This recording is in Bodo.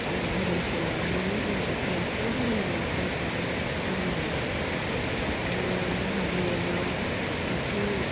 धोरोमखौ लानानैनो जोंनि मोनसेल' धोरोमजों जों थाङोमोन बाथौ धोरोमजों आरो जोंहा बर'नाव ओंख्रि